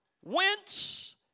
Whence